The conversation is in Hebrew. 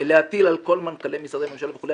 להטיל על כל מנכ"לי משרדי הממשלה וכולי.